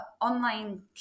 online